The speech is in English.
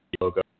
logo